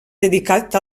dedicat